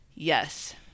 Yes